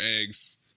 eggs